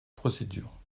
procédure